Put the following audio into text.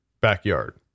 backyard